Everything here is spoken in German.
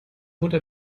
mutter